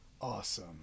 Awesome